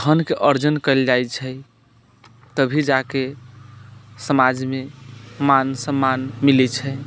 धनके अर्जन कयल जाइत छै तभी जाके समाजमे मान सम्मान मिलैत छै